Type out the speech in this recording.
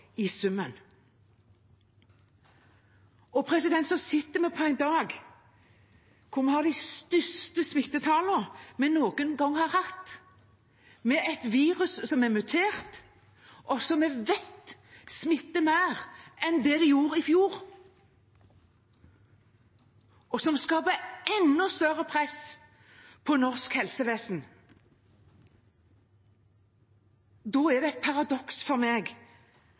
største smittetallene vi noen gang har hatt, med et virus som er mutert, som vi vet smitter mer enn det gjorde i fjor, og som skaper enda større press på norsk helsevesen, er det et paradoks for meg